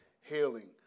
healing